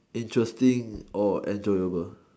interesting or enjoyable